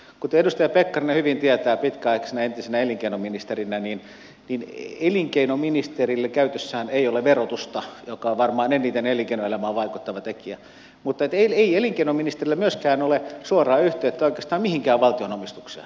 kuten edustaja pekkarinen hyvin tietää pitkäaikaisena entisenä elinkeinoministerinä niin elinkeinoministerillä käytössään ei ole verotusta joka on varmaan eniten elinkeinoelämään vaikuttava tekijä mutta ei elinkeinoministerillä myöskään ole suoraa yhteyttä oikeastaan mihinkään valtion omistukseen